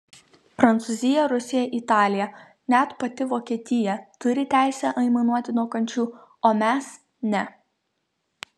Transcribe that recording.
prancūzija rusija italija net pati vokietija turi teisę aimanuoti nuo kančių o mes ne